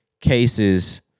cases